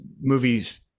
movies